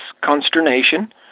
consternation